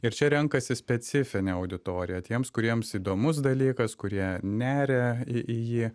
ir čia renkasi specifinė auditorija tiems kuriems įdomus dalykas kurie neria į į jį